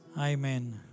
Amen